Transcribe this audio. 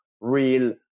real